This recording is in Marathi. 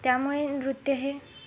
त्यामुळे नृत्य हे